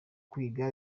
kwiga